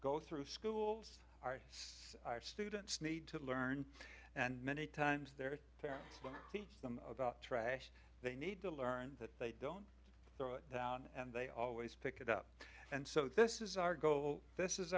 go through school our students need to learn and many times their parents teach them about trash they need to learn that they don't throw it down and they always pick it up and so this is our goal this is